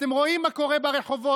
אתם רואים מה קורה ברחובות,